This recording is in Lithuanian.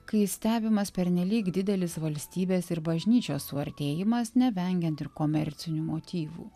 kai stebimas pernelyg didelis valstybės ir bažnyčios suartėjimas nevengiant ir komercinių motyvų